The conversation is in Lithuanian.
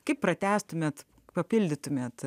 kaip pratęstumėte papildytumėte